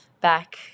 back